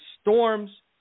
storms